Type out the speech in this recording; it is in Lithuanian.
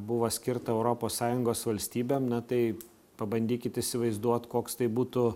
buvo skirta europos sąjungos valstybėm na tai pabandykit įsivaizduot koks tai būtų